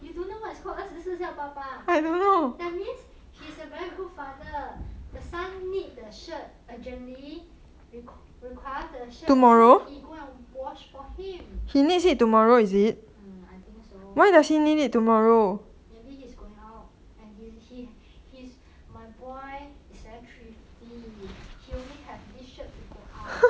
you don't know what's called 二十四孝爸爸 ah that means he is a very good father the son need shirt urgently require the shirt so he go and wash for him um I think so maybe he's going out and he's my boy is very thrifty he only have this shirt to go out